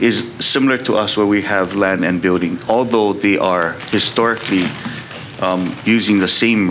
is similar to us where we have lead and building although the are historically using the same